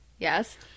Yes